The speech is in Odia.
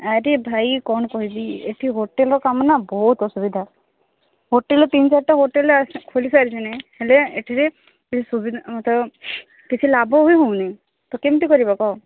ଆରେ ଭାଇ କ'ଣ କହିବି ଏଠି ହୋଟେଲର କାମ ନା ବହୁତ ଅସୁବିଧା ହୋଟେଲ ତିନି ଚାରିଟା ହୋଟେଲ ଖୋଲିସାରିଛନ୍ତି ହେଲେ ଏଥିରେ କିଛି ସୁବିଧା କିଛି ଲାଭ ବି ହେଉନି ତ କେମିତି କରିବ କହ